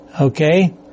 Okay